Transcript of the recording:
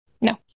No